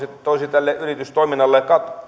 toisi tälle yritystoiminnalle